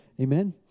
Amen